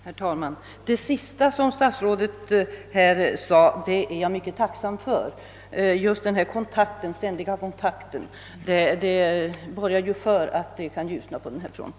Herr talman! Jag är mycket tacksam för den upplysning som statsrådet nu lämnade. En sådan ständig kontakt borgar för att det kommer att ljusna på denna front.